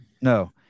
No